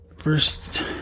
first